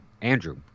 Andrew